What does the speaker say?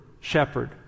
shepherd